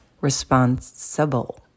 Responsible